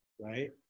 right